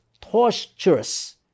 torturous